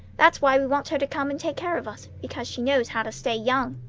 that's why we want her to come and take care of us. because she knows how to stay young.